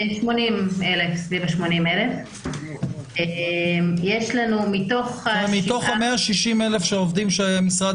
סביב 80,000. מתוך 160,000 העובדים שמשרד